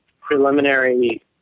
preliminary